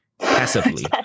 Passively